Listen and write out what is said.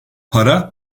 para